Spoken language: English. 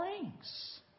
brings